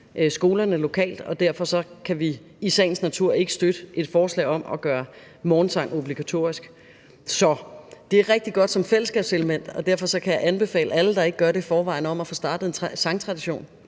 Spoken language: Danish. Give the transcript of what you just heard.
skolerne lokalt, og derfor kan vi i sagens natur ikke støtte et forslag om at gøre morgensang obligatorisk. Så det er rigtig godt som fællesskabselement, og derfor kan jeg anbefale alle, der ikke gør det i forvejen, at få startet en sangtradition.